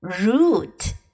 Root